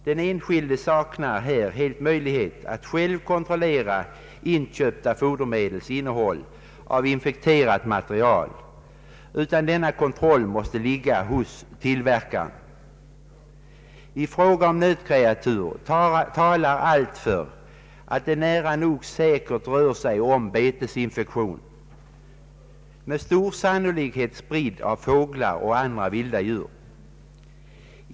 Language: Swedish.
Den enskilde saknar här helt möjlighet att själv kontrollera inköpta fodermedels innehåll av infekterat material; denna kontroll måste ligga hos tillverkaren, I fråga om nötkreatur talar allt för att det rör sig om betesinfektion, med stor sannolikhet spridd av fåglar och andra vilda djur.